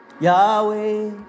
Yahweh